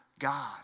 God